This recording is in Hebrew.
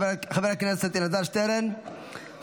חבר הכנסת אלעזר שטרן,